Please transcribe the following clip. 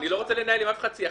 אני לא רוצה לנהל עם אף אחד שיח,